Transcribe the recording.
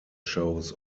shows